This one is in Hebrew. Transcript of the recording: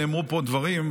נאמרו פה דברים,